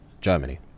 Germany